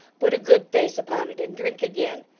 put a good face upon it, and drink again.